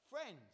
friends